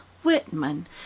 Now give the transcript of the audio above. whitman